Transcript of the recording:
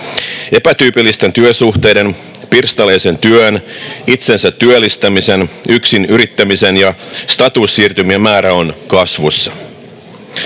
Epätyypillisten työsuhteiden, pirstaleisen työn, itsensätyöllistämisen, yk-sinyrittämisen ja statussiirtymien määrä on kasvussa.